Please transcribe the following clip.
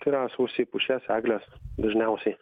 tai yra sausi pušies eglės dažniausiai